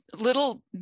little